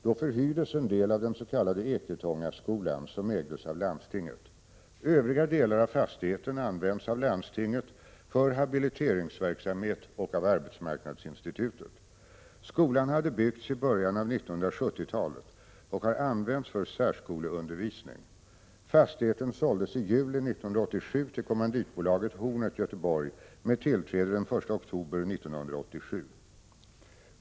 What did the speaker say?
Då förhyrdes en del av den s.k. Eketångaskolan, som ägdes av landstinget. Övriga delar av fastigheten används av landstinget för habiliteringsverksamhet och av arbetsmarknadsinstitutet. Skolan hade byggts i början av 1970-talet och har använts för särskoleundervisning. Fastigheten såldes i juli 1987 till kommanditbolaget Hornet, Göteborg, med tillträde den 1 oktober 1987.